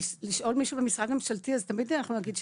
לשאול מישהו ממשרד ממשלתי אז תמיד אנחנו נגיד,